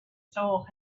soul